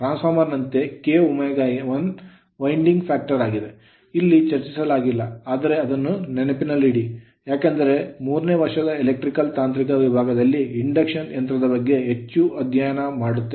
transformer ನಂತೆ kw1 winding factor ಆಗಿದೆ ಇಲ್ಲಿ ಚರ್ಚಿಸಲಾಗಿಲ್ಲ ಆದರೆ ಅದನ್ನು ನೆನಪಿನಲ್ಲಿಡಿ ಏಕೆಂದರೆ 3 ನೇ ವರ್ಷದ ಎಲೆಕ್ಟ್ರಿಕಲ್ ತಾಂತ್ರಿಕ ವಿಭಾಗ ದಲ್ಲಿ ಇಂಡಕ್ಷನ್ ಯಂತ್ರದ ಬಗ್ಗೆ ಹೆಚ್ಚು ಅಧ್ಯಯನ ಮಾಡುತ್ತೇವೆ